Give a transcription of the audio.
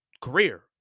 career